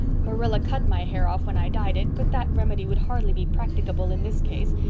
marilla cut my hair off when i dyed it but that remedy would hardly be practicable in this case.